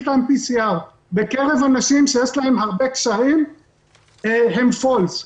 time PCR בקרב אנשים שיש להם הרבה קשיים הן False.